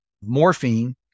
morphine